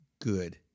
good